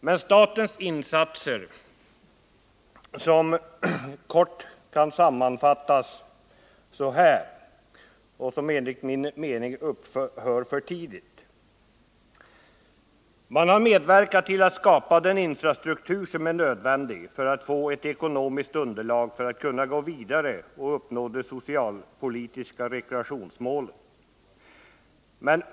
Men statens insatser, som enligt min mening upphör för tidigt, kan kort sammanfattas så här: Man har medverkat till att skapa den infrastruktur som är nödvändig för att få ett ekonomiskt underlag för att kunna gå vidare och uppnå de socialpolitiska rekreationsmålen.